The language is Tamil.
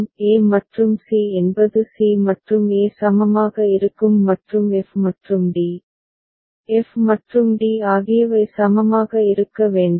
e மற்றும் c என்பது c மற்றும் e சமமாக இருக்கும் மற்றும் f மற்றும் d f மற்றும் d ஆகியவை சமமாக இருக்க வேண்டும்